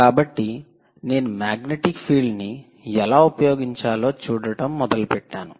కాబట్టి నేను magnetic field ని ఎలా ఉపయోగించాలో చూడటం మొదలుపెట్టాను